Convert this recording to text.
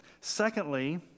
Secondly